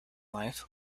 life